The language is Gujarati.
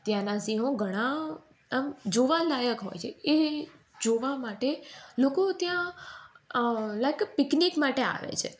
ત્યાંના સિંહો ઘણા જોવા લાયક હોય છે એ જોવા માટે લોકો ત્યાં લાઈક એ પિકનિક માટે આવે છે